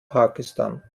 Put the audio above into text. pakistan